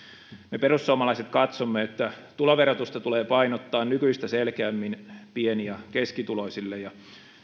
me perussuomalaiset katsomme että tuloverotuksen keventämistä tulee painottaa nykyistä selkeämmin pieni ja keskituloisille